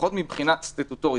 לפחות מבחינה סטטוטורית,